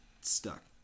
stuck